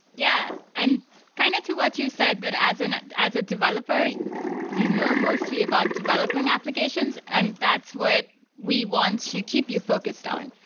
yeah. and kind of what you said that as and as a developer you know mostly about developing applications, and that's what we want to keep you focused on.